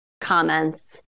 comments